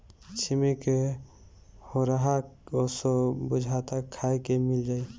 छिम्मी के होरहा असो बुझाता खाए के मिल जाई